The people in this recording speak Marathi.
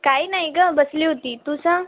काही नाही ग बसली होती तू सांग